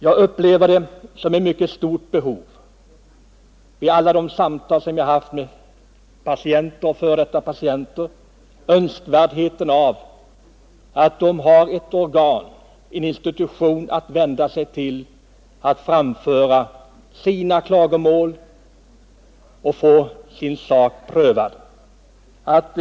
Vid alla de samtal som jag haft med patienter och f. d. patienter har jag mycket starkt upplevt önskvärdheten av att de har ett organ, en institution att vända sig till, att få framföra sina klagomål och få sin sak prövad.